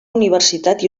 universitat